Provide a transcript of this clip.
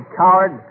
coward